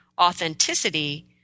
authenticity